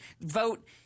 vote